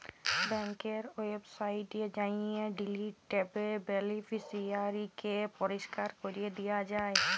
ব্যাংকের ওয়েবসাইটে যাঁয়ে ডিলিট ট্যাবে বেলিফিসিয়ারিকে পরিষ্কার ক্যরে দিয়া যায়